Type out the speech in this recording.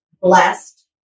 blessed